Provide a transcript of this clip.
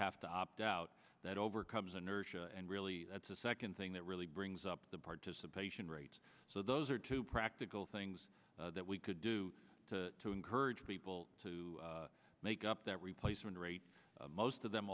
have to opt out that overcomes inertia and really that's the second thing that really brings up the participation rate so those are two practical things that we could do to encourage people to make up that replacement rate most of them